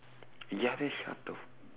ya that's